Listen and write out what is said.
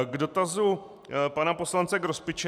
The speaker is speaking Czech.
K dotazu pana poslance Grospiče.